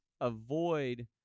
avoid